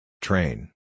Train